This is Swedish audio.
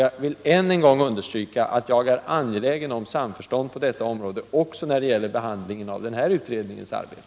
Jag vill än en gång understryka att jag är angelägen om samförstånd också när det gäller behandlingen av denna utrednings arbete.